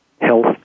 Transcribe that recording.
health